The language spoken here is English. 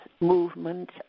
movement